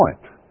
point